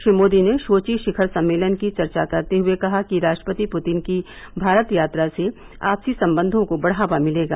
श्री मोदी ने शोची शिखर सम्मेलन की चर्चा करते हुए कहा कि राष्ट्रपति पुतिन की भारत यात्रा से आपसी संबंधों को बढ़ावा मिलेगा